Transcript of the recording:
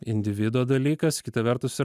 individo dalykas kita vertus ir